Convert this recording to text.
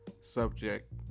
subject